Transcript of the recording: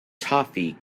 toffee